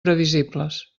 previsibles